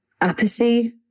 apathy